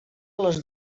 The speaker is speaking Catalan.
les